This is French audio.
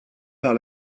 par